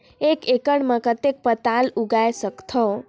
एक एकड़ मे कतेक पताल उगाय सकथव?